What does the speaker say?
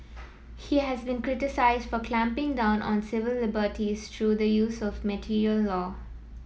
he has been criticised for clamping down on civil liberties through the use of martial law